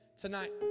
tonight